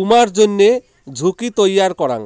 উমার জইন্যে ঝুঁকি তৈয়ার করাং